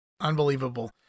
Unbelievable